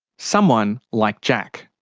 someone like jack.